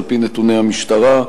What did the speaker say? על-פי נתוני המשטרה?